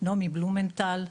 נעמי בלומנטל,